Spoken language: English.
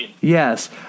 Yes